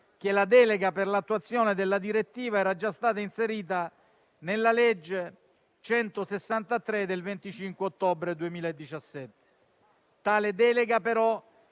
che la delega per l'attuazione della direttiva era già stata inserita nella legge n. 163 del 25 ottobre 2017. Tale delega, però,